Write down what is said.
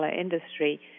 industry